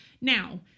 Now